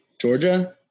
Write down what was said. Georgia